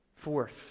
Fourth